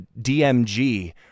DMG